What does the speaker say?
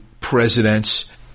presidents